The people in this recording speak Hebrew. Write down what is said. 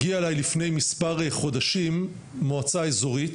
הגיעה אליי לפני מספר חודשים מועצה אזורית